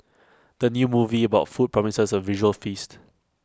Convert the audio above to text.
the new movie about food promises A visual feast